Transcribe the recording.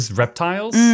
reptiles